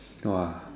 !wah!